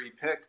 pick